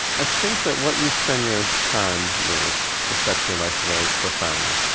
i think that what you spend your time with affects your life very profoundly.